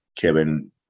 Kevin